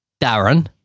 Darren